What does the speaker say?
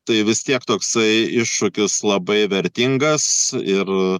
tai vis tiek toksai iššūkis labai vertingas ir